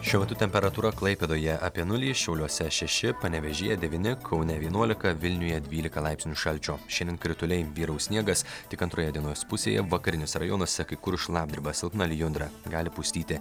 šiuo metu temperatūra klaipėdoje apie nulį šiauliuose šeši panevėžyje devyni kaune vienuolika vilniuje dvylika laipsnių šalčio šiandien krituliai vyraus sniegas tik antroje dienos pusėje vakariniuose rajonuose kai kur šlapdriba silpna lijundra gali pustyti